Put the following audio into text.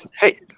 Hey